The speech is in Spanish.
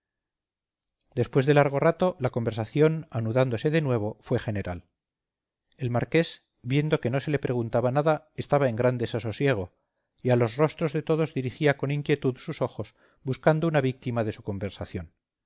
después de largo rato la conversación anudándose de nuevo fue general el marqués viendo que no se le preguntaba nada estaba en gran desasosiego y a los rostros de todos dirigía con inquietud sus ojos buscando una víctima de su conversación